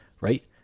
right